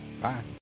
Bye